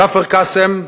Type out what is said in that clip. כפר-קאסם,